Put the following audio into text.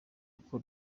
uko